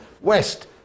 West